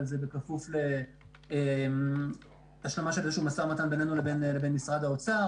אבל זה בכפוף להשלמה של איזשהו משא ומתן בינינו ובין משרד האוצר.